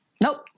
Nope